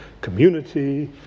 community